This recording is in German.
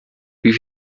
wie